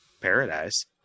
paradise